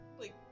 like-